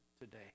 today